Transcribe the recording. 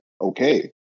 Okay